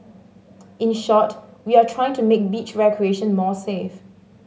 in short we are trying to make beach recreation more safe